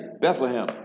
Bethlehem